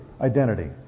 identity